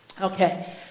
Okay